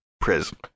Prison